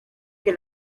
que